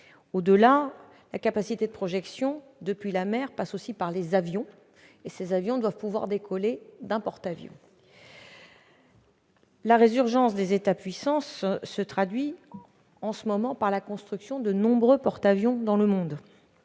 Au-delà, la capacité de projection depuis la mer passe aussi par les avions, qui doivent pouvoir décoller d'un porte-avions. La résurgence des États-puissance se traduit en ce moment par la construction de nombreux porte-avions dans le monde